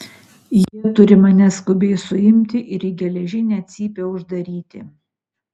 jie turi mane skubiai suimti ir į geležinę cypę uždaryti